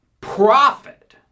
profit